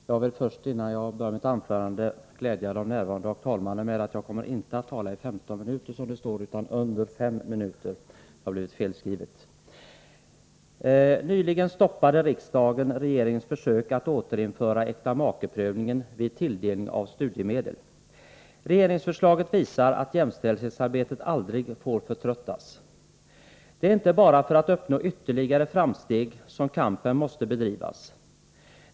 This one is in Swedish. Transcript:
Herr talman! Jag vill först glädja de närvarande och talmannen med att jag inte kommer att tala i 15 minuter, som det står på talarlistan, utan under 5 minuter. Nyligen stoppade riksdagen regeringens försök att återinföra äktamakeprövningen vid tilldelning av studiemedel. Regeringsförslaget visar att jämställdhetsarbetet aldrig får förtröttas. Det är inte bara för att uppnå ytterligare framsteg som kampen måste bedrivas.